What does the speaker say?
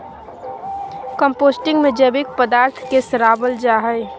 composting में जैविक पदार्थ के सड़ाबल जा हइ